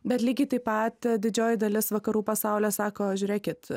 bet lygiai taip pat didžioji dalis vakarų pasaulio sako žiūrėkit